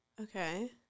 Okay